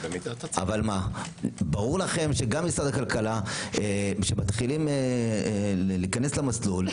אבל ברור לכם שגם משרד הכלכלה כשמתחילים להיכנס למסלול,